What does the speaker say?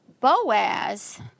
Boaz